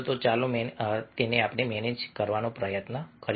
તો ચાલો મેનેજ કરીએ ચાલો પ્રયત્ન કરીએ